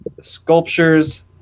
sculptures